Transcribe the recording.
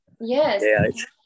Yes